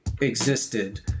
existed